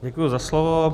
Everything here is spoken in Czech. Děkuji za slovo.